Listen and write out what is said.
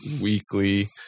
weekly